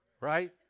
right